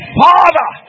father